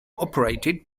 operated